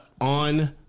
on